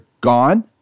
gone